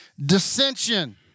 Dissension